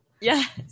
Yes